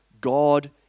God